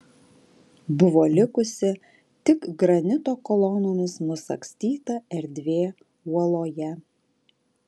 buvo likusi tik granito kolonomis nusagstyta erdvė uoloje